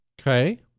okay